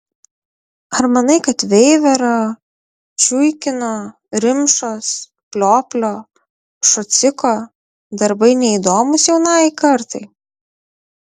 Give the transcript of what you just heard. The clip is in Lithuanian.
ar manai kad veiverio čiuikino rimšos plioplio šociko darbai neįdomūs jaunajai kartai